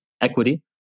equity